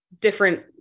different